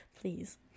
please